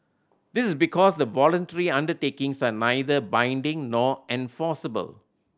this is because the voluntary undertakings are neither binding nor enforceable